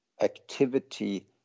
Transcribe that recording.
activity